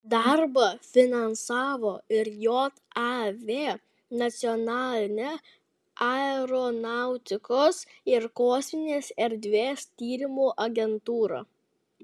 darbą finansavo ir jav nacionalinė aeronautikos ir kosminės erdvės tyrimų agentūra